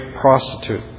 prostitute